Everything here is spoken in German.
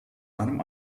einem